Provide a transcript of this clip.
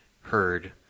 heard